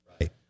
right